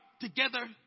together